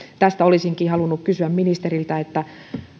tästä olisinkin halunnut kysyä ministeriltä